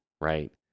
right